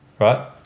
Right